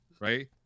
Right